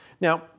Now